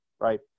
right